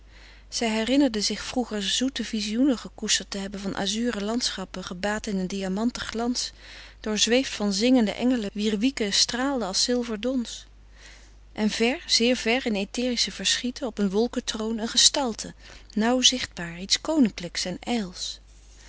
zij herinnerde zich vroeger zoete vizioenen gekoesterd te hebben van azuren landschappen gebaad in een diamanten glans doorzweefd van zingende engelen wier wieken straalden als zilver dons en vér zeer ver in etherische verschieten op een wolkentroon een gestalte nauw zichtbaar iets koninklijks en ijls